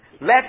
let